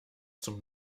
zum